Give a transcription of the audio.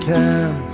time